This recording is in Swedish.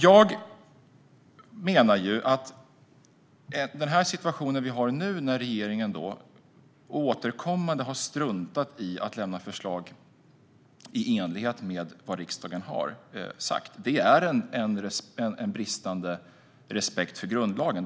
Jag menar att den situation vi har nu när regeringen återkommande har struntat i att lämna förslag i enlighet med vad riksdagen har sagt innebär en bristande respekt för grundlagen.